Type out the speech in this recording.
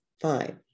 fine